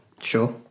Sure